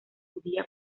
judía